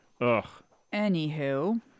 Anywho